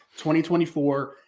2024